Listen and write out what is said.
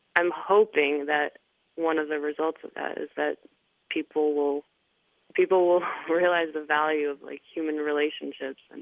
i'm hoping that one of the results of that is that people will people will realize the value of like human relationships. and